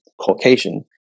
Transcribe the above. caucasian